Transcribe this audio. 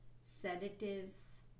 sedatives